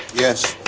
yes.